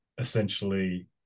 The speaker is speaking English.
essentially